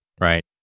right